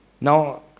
Now